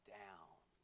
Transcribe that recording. down